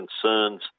concerns